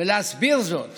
להסביר זאת